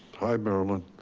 hi marilyn.